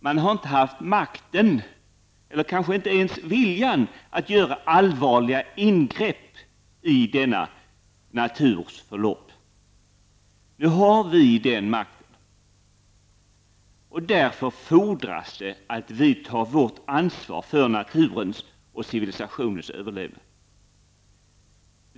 Man har inte haft makten eller kanske inte ens viljan att göra allvarliga ingrepp i naturens förlopp. Nu har vi den makten och därför fordras det att vi tar vårt ansvar för naturens och civilisationens överlevnad.